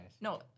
No